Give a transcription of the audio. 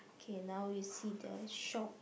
okay now we see the shop